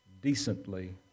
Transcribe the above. decently